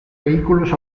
vehículos